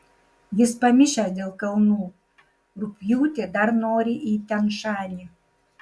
jis pamišęs dėl kalnų rugpjūtį dar nori į tian šanį